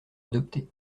adopté